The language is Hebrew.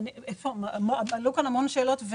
עלו כאן המון שאלות,